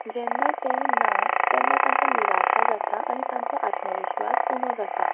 जेन्ना तें ना तेन्ना तांकां निराशा जाता आनी तांचो आत्मविश्वास उणो जाता